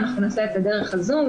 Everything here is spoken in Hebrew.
נעשה את זה דרך הזום.